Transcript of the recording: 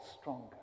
stronger